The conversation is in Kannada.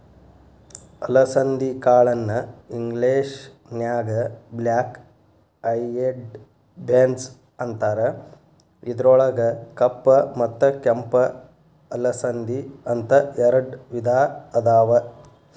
ಅಲಸಂದಿ ಕಾಳನ್ನ ಇಂಗ್ಲೇಷನ್ಯಾಗ ಬ್ಲ್ಯಾಕ್ ಐಯೆಡ್ ಬೇನ್ಸ್ ಅಂತಾರ, ಇದ್ರೊಳಗ ಕಪ್ಪ ಮತ್ತ ಕೆಂಪ ಅಲಸಂದಿ, ಅಂತ ಎರಡ್ ವಿಧಾ ಅದಾವ